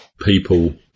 people